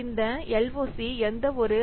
இந்த எல்ஓசிகள் எந்தவொரு ஐ